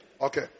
okay